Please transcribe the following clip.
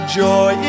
joy